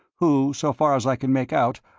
who, so far as i can make out,